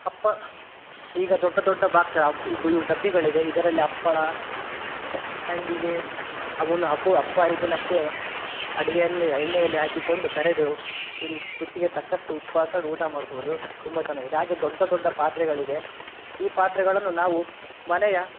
ಹಪ್ಪ ಈಗ ದೊಡ್ಡ ದೊಡ್ಡ ಬಾಕ್ಸ ಇವು ಡಬ್ಬಿಗಳಿವೆ ಇದರಲ್ಲಿ ಹಪ್ಪಳ ಸಂಡಿಗೆ ಅವುನ್ನ ಹಬ್ಬ ಹಬ್ಬ ಹರಿದಿನಕ್ಕೆ ಅಡಿಗೆ ಎಣ್ಣೆಯಲ್ಲಿ ಹಾಕಿಕೊಂಡು ಕರಿದು ಇದು ರುಚಿಗೆ ತಕ್ಕಷ್ಟು ಉಪ್ಪು ಹಾಕ್ಕೊಂಡ್ ಊಟ ಮಾಡ್ಬೋದು ತುಂಬ ಚೆನ್ನಾಗಿದೆ ಹಾಗೇ ದೊಡ್ಡ ದೊಡ್ಡ ಪಾತ್ರೆಗಳಿವೆ ಈ ಪಾತ್ರೆಗಳನ್ನು ನಾವು ಮನೆಯ